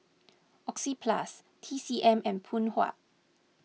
Oxyplus T C M and Phoon Huat